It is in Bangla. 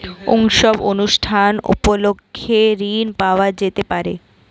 উৎসব অনুষ্ঠান উপলক্ষে ঋণ পাওয়া যেতে পারে?